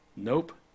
Nope